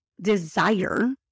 desire